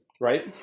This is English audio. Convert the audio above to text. right